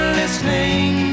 listening